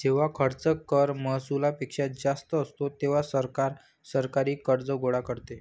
जेव्हा खर्च कर महसुलापेक्षा जास्त असतो, तेव्हा सरकार सरकारी कर्ज गोळा करते